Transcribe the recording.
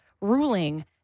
ruling